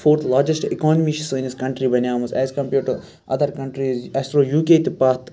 fourth largest economy چھِ سٲنِس country بَنے مٕژ as compared to other countries اَسہِ روز یوٗ کے تہِ پَتھ